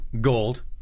Gold